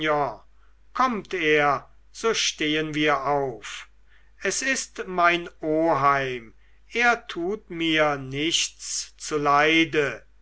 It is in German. kommt er so stehen wir auf es ist mein oheim er tut mir nichts zuleide